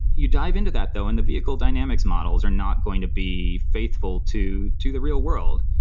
you dive into that though, and the vehicle dynamics models are not going to be faithful to to the real world.